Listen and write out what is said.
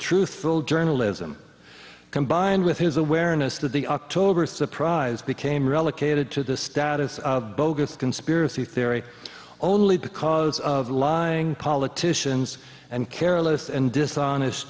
truthful journalism combined with his awareness that the october surprise became relegated to the status of bogus conspiracy theory only because of lying politicians and careless and dishonest